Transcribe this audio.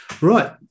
Right